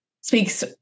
speaks